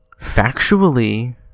Factually